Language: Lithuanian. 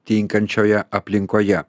tinkančioje aplinkoje